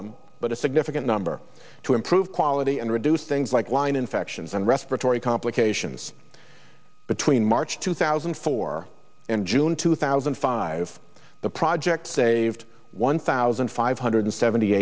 them but a significant number to improve quality and reduce things like line infections and respiratory complications between march two thousand and four and june two thousand and five the project saved one thousand five hundred seventy